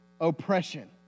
oppression